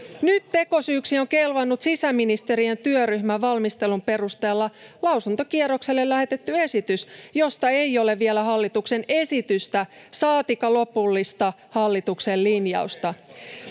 Nyt tekosyyksi on kelvannut sisäministeriön työryhmän valmistelun perusteella lausuntokierrokselle lähetetty esitys, josta ei ole vielä hallituksen esitystä, saatikka lopullista hallituksen linjausta.